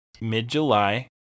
mid-July